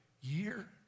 year